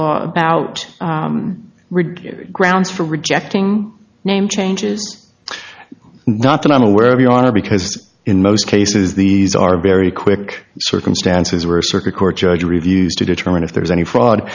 law out grounds for rejecting name changes not that i'm aware of your honor because in most cases these are very quick circumstances where a circuit court judge reviews to determine if there is any fraud